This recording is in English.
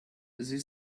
these